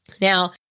Now